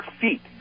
feet